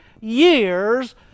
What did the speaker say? years